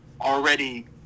already